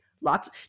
lots